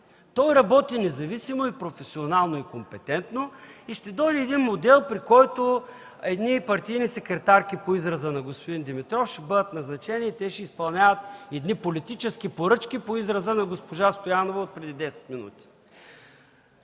той работи независимо, професионално и компетентно и ще дойде един модел, при който едни партийни секретарки – по израза на господин Димитров – ще бъдат назначени и ще изпълняват едни политически поръчки – по израза на госпожа Стоянова отпреди 10 минути.